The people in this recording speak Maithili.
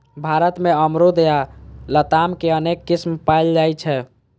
भारत मे अमरूद या लताम के अनेक किस्म पाएल जाइ छै